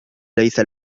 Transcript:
ليس